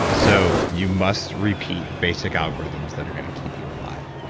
so you must repeat basic algorithms that are going to keep you alive.